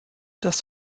das